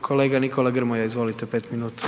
kolega Nikola Grmoja. Izvolite 5 minuta.